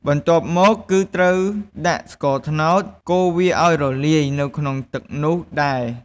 បន្ទាប់មក គឺត្រូវដាក់ស្ករត្នោត កូរវាឱ្យរលាយនៅក្នុងទឹកនោះដែរ។